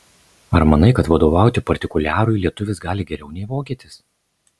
ar manai kad vadovauti partikuliarui lietuvis gali geriau nei vokietis